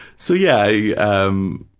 so, yeah. um